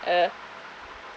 uh